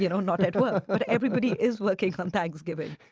you know not at work. but everybody is working on um thanksgiving